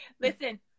Listen